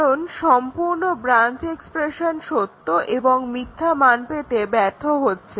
কারণ সম্পূর্ণ branch expression সত্য এবং মিথ্যা মান পেতে ব্যর্থ হচ্ছে